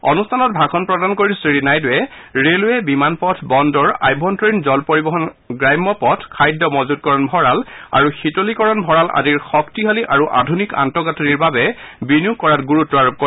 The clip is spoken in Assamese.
অনুষ্ঠানৰ ভাষণ প্ৰদানৰ কৰি শ্ৰীনাইড়ুৱে ৰেলৱে বিমানপথ বন্দৰ অভ্যন্তৰীণ জল পৰিবহন গ্ৰাম্য পথ খাদ্য মজুতকৰণ ভড়াল আৰু শীতলীকৰণভড়াল আদিৰ শক্তিশালী আৰু আধুনিক আন্তঃগাঠনিৰ বাবে বিনিয়োগ কৰাত গুৰুত্ব আৰোপ কৰে